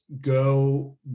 go